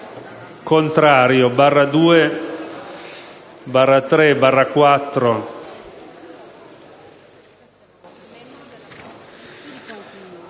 contrario